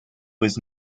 was